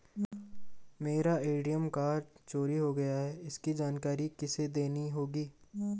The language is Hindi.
मेरा ए.टी.एम कार्ड चोरी हो गया है इसकी जानकारी किसे देनी होगी?